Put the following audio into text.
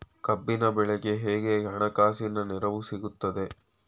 ಕಬ್ಬಿನ ಬೆಳೆಗೆ ಹೇಗೆ ಹಣಕಾಸಿನ ನೆರವು ಸಿಗುತ್ತದೆ?